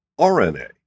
RNA